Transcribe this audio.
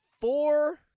Four